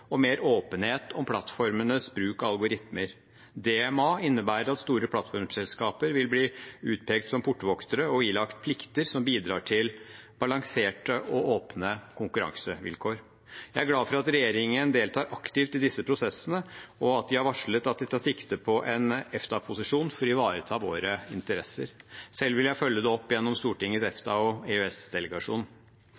og mer åpenhet om plattformenes bruk av algoritmer. DMA innebærer at store plattformselskaper vil bli utpekt som portvoktere og ilagt plikter som bidrar til balanserte og åpne konkurransevilkår. Jeg er glad for at regjeringen deltar aktivt i disse prosessene, og at de har varslet at de tar sikte på en EFTA-posisjon for å ivareta våre interesser. Selv vil jeg følge det opp gjennom Stortingets